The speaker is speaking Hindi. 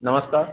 नमस्कार